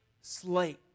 slate